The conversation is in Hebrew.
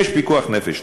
יש פיקוח נפש.